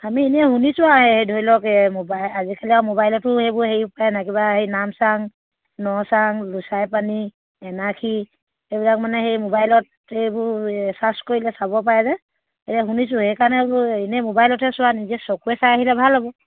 আমি এনেই শুনিছোঁ আৰু এই ধৰি লওক এই আজিকালি আৰু মোবাইলতো এইবোৰ হেৰি পায় নাই কিবা হেই নামচাং নচাং লোচাই পানী এনাাসী এইবিলাক মানে সেই মোবাইলত এইবোৰ চাৰ্ছ কৰিলে চাব পাৰে যে এতিয়া শুনিছোঁ সেইকাৰণে বোলো এনেই মোবাইলতে চোৱা নিজে চকুৰে চাই আহিলে ভাল হ'ব